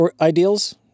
ideals